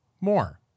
more